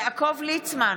יעקב ליצמן,